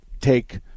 take